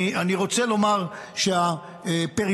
אני רוצה לומר שהפריפריה,